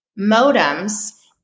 modems